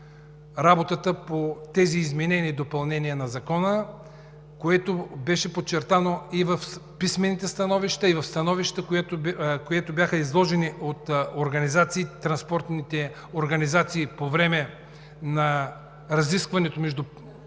работата по тези изменения и допълнения на Закона, което беше подчертано и в писмените становища, и в становищата, които бяха изложени от транспортните организации по време на разискванията на първо четене